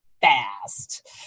fast